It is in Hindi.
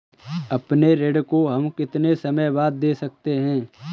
अपने ऋण को हम कितने समय बाद दे सकते हैं?